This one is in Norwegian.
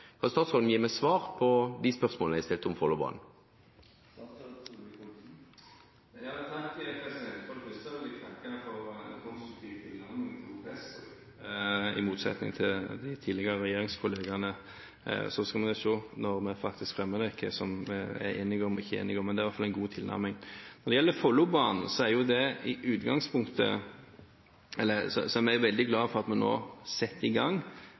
Kan statsråden gi meg svar på de spørsmålene jeg stilte om Follobanen? For det første vil jeg takke for en konstruktiv tilnærming til OPS-bruk, i motsetning til de tidligere regjeringskollegenes. Så vil vi se når vi fremmer dette, hva vi er enige om og ikke enige om. Det er iallfall en god tilnærming. Når det gjelder Follobanen, er vi veldig glad for at vi nå setter i gang.